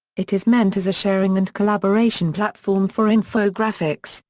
it is meant as a sharing and collaboration platform for infographics,